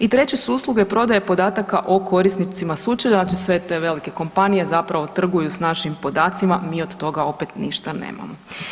I treće su usluge prodaje podataka o korisnicima sučelja, znači sve te velike kompanije zapravo trguju s našim podacima, mi od toga opet ništa nemamo.